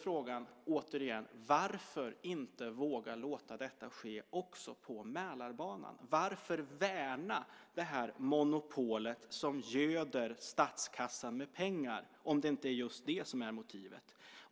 Frågan är: Varför inte våga låta detta ske också på Mälarbanan? Varför värna det monopol som göder statskassan med pengar, om det inte är just det som är motivet?